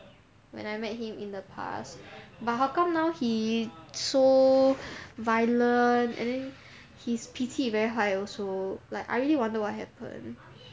when I met him in the past but how come now he so violent and then his 脾气 very high also like I really wonder what happen